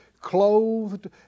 clothed